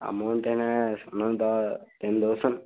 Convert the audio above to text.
amount என்னங்க அமௌண்ட்டா ten thousand